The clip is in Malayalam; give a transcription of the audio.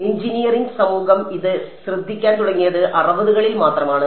എഞ്ചിനീയറിംഗ് സമൂഹം ഇത് ശ്രദ്ധിക്കാൻ തുടങ്ങിയത് 60 കളിൽ മാത്രമാണ്